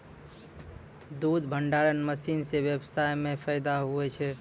दुध भंडारण मशीन से व्यबसाय मे फैदा हुवै छै